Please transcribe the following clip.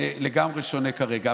לגמרי שונה כרגע.